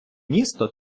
місто